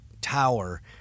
tower